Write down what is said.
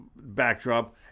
backdrop